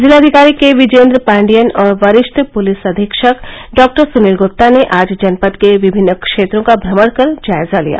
जिलाधिकारी के विजयेन्द्र पाण्डियन और वरिष्ठ पुलिस अधीक्षक डॉक्टर सुनील गुप्ता ने आज जनपद के विभिन्न क्षेत्रों का भ्रमण कर जायजा लिया